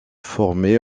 formé